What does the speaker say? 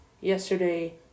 yesterday